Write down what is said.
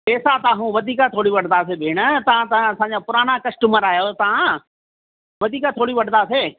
पैसा तव्हांखां वधीक थोरी वठदासीं भेण तव्हां त असांजा पुराणा कस्टमर आहियो तव्हां वधीक थोरी वठदासीं